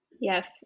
Yes